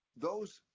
those